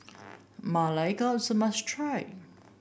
Ma Lai Gao is a must try